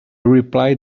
replied